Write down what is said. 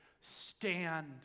Stand